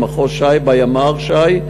למחוז ש"י בימ"ר ש"י,